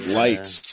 lights